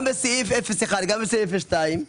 גם בסעיף 01, גם בסעיף 02,